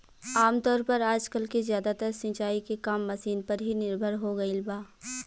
आमतौर पर आजकल के ज्यादातर सिंचाई के काम मशीन पर ही निर्भर हो गईल बा